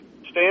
Stan